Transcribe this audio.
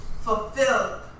fulfilled